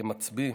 כמצביא.